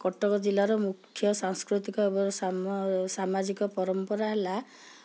କଟକ ଜିଲ୍ଲାରେ ମୁଖ୍ୟ ସାଂସ୍କୃତିକ ଏବଂ ସାମାଜିକ ପରମ୍ପରା ହେଲା